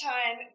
Time